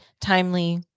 timely